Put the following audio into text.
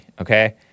okay